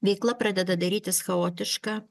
veikla pradeda darytis chaotiška